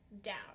down